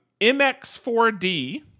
MX4D